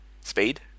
speed